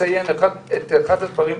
נציגת הממ"מ,